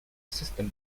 system